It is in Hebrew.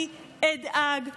אני אדאג לכן.